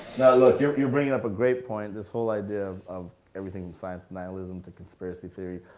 nah, look you're you're bringing up a great point. this whole idea of everything in science, and anilism to conspiracy theory,